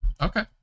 Okay